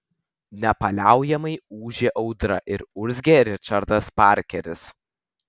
nepaliaujamai ūžė audra ir urzgė ričardas parkeris